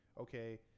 okay